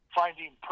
finding